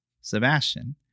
Sebastian